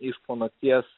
iš po nakties